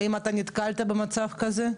האם אתה נתקלת במצב כזה?